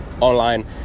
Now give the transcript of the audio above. online